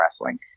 wrestling